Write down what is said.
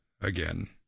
again